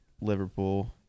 Liverpool